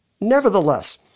Nevertheless